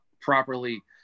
properly